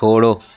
छोड़ो